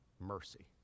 mercy